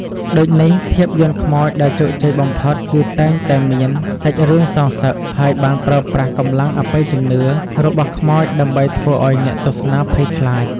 ដូចនេះ ភាពយន្តខ្មោចដែលជោគជ័យបំផុតគឺតែងតែមាន សាច់រឿងសងសឹក ហើយបានប្រើប្រាស់កម្លាំងអបិយជំនឿ របស់ខ្មោចដើម្បីធ្វើឲ្យអ្នកទស្សនាភ័យខ្លាច។